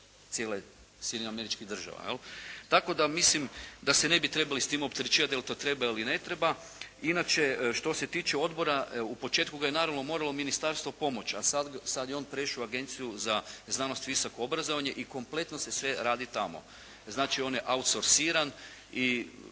Sjedinjenih Američkih Država. Tako da mislim da se ne bi trebali s tim opterećivati jel to treba ili ne treba. Inače što se tiče odbora evo u početku ga je moralo naravno ministarstvo pomoći, a sad je on prešao u Agenciju za znanost i visoko obrazovanje i kompletno se sve radi tamo. Znači on je …/Govornik